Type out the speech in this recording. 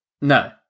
No